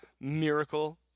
miracle